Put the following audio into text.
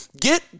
get